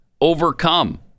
overcome